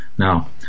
Now